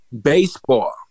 Baseball